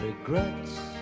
Regrets